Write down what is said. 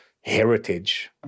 heritage